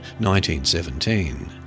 1917